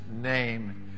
name